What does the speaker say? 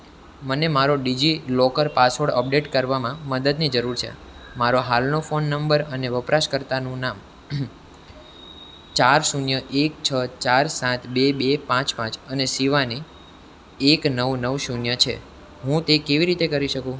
મને મારો DigiLocker password update કરવામાં મદદની જરૂર છે મારો હાલનો ફોન નંબર અને વપરાશકર્તાનું નામ ચાર શૂન્ય એક છ ચાર સાત બે બે પાંચ પાંચ અને શિવાની એક નવ નવ શૂન્ય છે હું તે કેવી રીતે કરી શકું